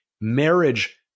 marriage